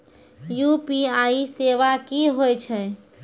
UPI सेवा की होय छै?